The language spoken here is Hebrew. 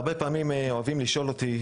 הרבה פעמים אוהבים לשאול אותי,